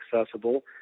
accessible